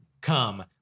come